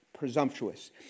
presumptuous